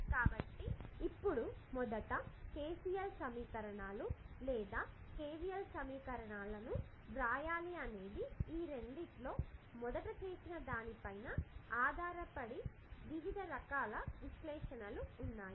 కాబట్టి ఇప్పుడు మొదట KCL సమీకరణాలు లేదా KVL సమీకరణాలను వ్రాయాలి అనేది ఈ రెండింటిలో మొదట చేసేదాన్ని పైన ఆధారపడి వివిధ రకాల విశ్లేషణలు ఉన్నాయి